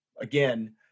again